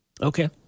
Okay